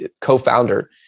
co-founder